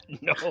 No